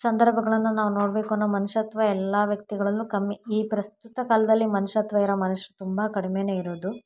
ಸಂದರ್ಭಗಳನ್ನು ನಾವು ನೋಡಬೇಕು ಅನ್ನೋ ಮನುಷ್ಯತ್ವ ಎಲ್ಲ ವ್ಯಕ್ತಿಗಳಲ್ಲೂ ಕಮ್ಮಿ ಈ ಪ್ರಸ್ತುತ ಕಾಲದಲ್ಲಿ ಮನುಷ್ಯತ್ವ ಇರೋ ಮನುಷ್ಯರು ತುಂಬ ಕಡಿಮೆನೇ ಇರೋದು